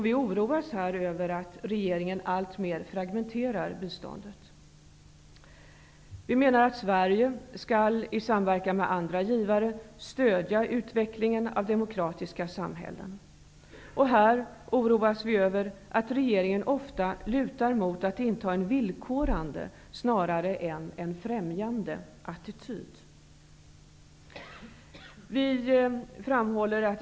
Vi oroas över att regeringen alltmer fragmenterar biståndet. * Sverige skall i samverkan med andra givare stödja utvecklingen av demokratiska samhällen. Vi oroas över att regeringen ofta lutar mot att inta en villkorande snarare än en främjande attityd.